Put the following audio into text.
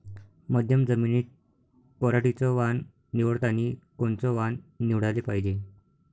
मध्यम जमीनीत पराटीचं वान निवडतानी कोनचं वान निवडाले पायजे?